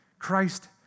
Christ